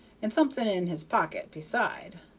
and something in his pocket beside.